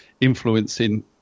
influencing